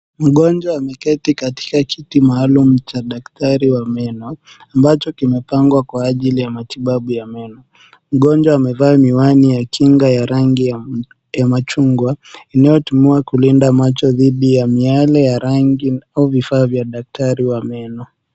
Mgonjwa ameketi katika kiti maalum cha daktari wa meno. Ambacho kimepangwa kwa ajili ya matibabu ya meno. Mgonjwa amevaa miwani ya kinga ya rangi ya machungwa, inayotumiwa kulinda macho dhidi ya miale ya rangi au vifaa vya daktari wa meno.